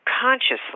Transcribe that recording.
consciously